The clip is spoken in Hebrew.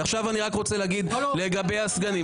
והגענו לתשע.